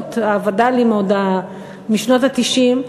באדיבות הווד"לים עוד משנות ה-90.